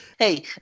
Hey